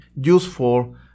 useful